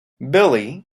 billy